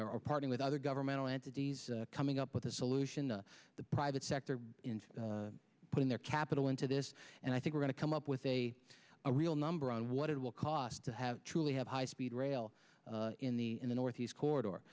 our parting with other governmental entities coming up with a solution to the private sector putting their capital into this and i think are going to come up with a a real number on what it will cost to have truly have high speed rail in the in the northeast co